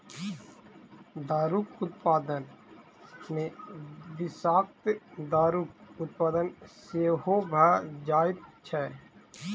दारूक उत्पादन मे विषाक्त दारूक उत्पादन सेहो भ जाइत छै